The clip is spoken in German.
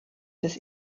des